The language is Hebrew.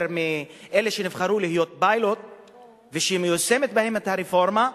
מאלה שנבחרו להיות פיילוט ושמיושמת בהם הרפורמה,